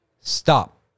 stop